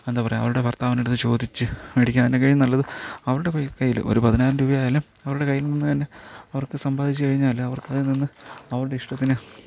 എന്താ പറയുക അവരുടെ ഭർത്താവിൻറ്റടുത്ത് ചോദിച്ച് മേടിക്കുക അതിനേക്കാളിലും നല്ലത് അവരുടെ ക കയ്യിൽ ഒരു പതിനായിരം രുപയായാലും അവരുടെ കയ്യിൽനിന്നു തന്നെ അവർക്കു സമ്പാദിച്ചുകഴിഞ്ഞാല് അവർക്കതിൽനിന്ന് അവരുടെ ഇഷ്ടത്തിന്